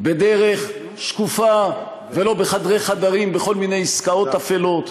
בדרך שקופה ולא בחדרי חדרים בכל מיני עסקאות אפלות,